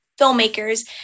filmmakers